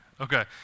Okay